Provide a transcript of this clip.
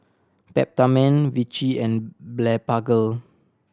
Peptamen Vichy and Blephagel